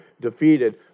defeated